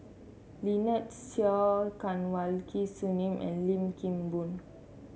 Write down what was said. Lynnette Seah Kanwaljit Soin and Lim Kim Boon